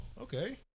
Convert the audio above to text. okay